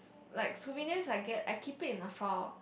like souvenirs I get I keep it in a file